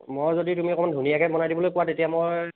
মই যদি তুমি অকণমান ধুনীয়াকৈ বনাই দিবলৈ কোৱা তেতিয়া মই